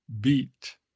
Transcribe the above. beat